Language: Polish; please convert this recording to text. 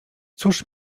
cóż